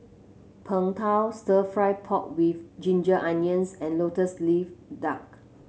Png Tao stir fry pork with Ginger Onions and lotus leaf duck